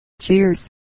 Cheers